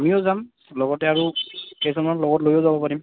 আমিও যাম লগতে আৰু কেইজনমান লগত লৈয়ো যাব পাৰিম